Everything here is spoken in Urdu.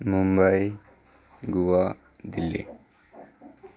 ممبئی گووا دلی